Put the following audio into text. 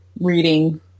reading